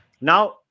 now